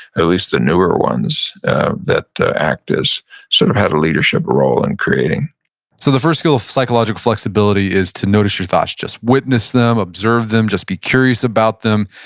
at least the newer ones that the actors sort of had a leadership role in creating so the first skill of psychological flexibility is to notice your thoughts. just witness them, observe them, just be curious about them,